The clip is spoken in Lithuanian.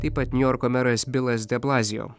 taip pat niujorko meras bilas de blazijo